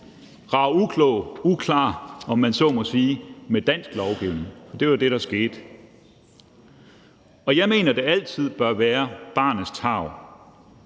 raget uklar, om man så må sige, med dansk lovgivning, for det var det, der skete. Jeg mener, at det altid bør være barnets tarv,